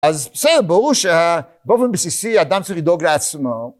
אז בסדר ברור שבאופן בסיסי אדם צריך לדאוג לעצמו